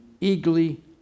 eagerly